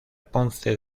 ponce